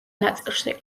ნაწილში